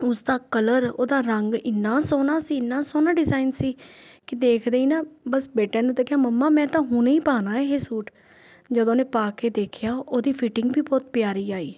ਉਸ ਦਾ ਕਲਰ ਉਹਦਾ ਰੰਗ ਇੰਨਾ ਸੋਹਣਾ ਸੀ ਇੰਨਾ ਸੋਹਣਾ ਡਿਜ਼ਾਈਨ ਸੀ ਕਿ ਦੇਖਦੇ ਹੀ ਨਾ ਬਸ ਬੇਟੇ ਨੇ ਤਾਂ ਕਿਹਾ ਮੰਮਾ ਮੈਂ ਤਾਂ ਹੁਣੇ ਹੀ ਪਾਉਣਾ ਇਹ ਸੂਟ ਜਦ ਉਹਨੇ ਪਾ ਕੇ ਦੇਖਿਆ ਉਹਦੀ ਫਿਟਿੰਗ ਵੀ ਬਹੁਤ ਪਿਆਰੀ ਆਈ